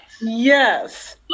yes